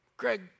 Greg